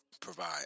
provide